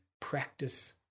practice